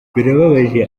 birababaje